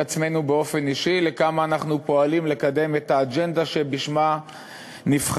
עצמנו באופן אישי לכמה אנחנו פועלים לקדם את האג'נדה שבשמה נבחרנו.